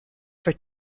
for